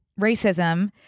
racism